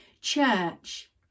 church